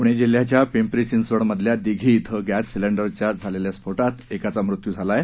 पूणे जिल्ह्याच्या पिंपरी चिंचवड मधल्या दिघी के गस्तसिलेंडरच्या झालेल्या स्फोटात एकाचा मृत्यू झाला आहे